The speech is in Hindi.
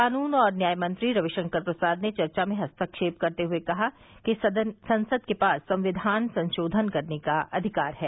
कानून और न्याय मंत्री रविशंकर प्रसाद ने चर्चा में हस्तक्षेप करते हुए कहा कि संसद के पास संविधान संशोधन करने का अधिकार है